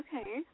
Okay